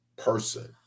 person